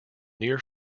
near